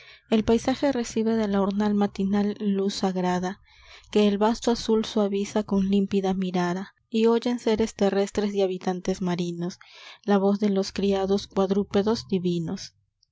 el paisaje recibe de la urnal matinal luz sagrada que el vasto azul suaviza con límpida mirada y oyen seres terrestres y habitantes marinos la voz de los criados cuadrúpedos divinos